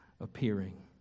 appearing